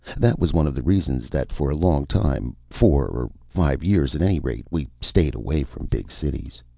that was one of the reasons that for a long time four or five years, at any rate we stayed away from big cities.